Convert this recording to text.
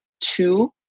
two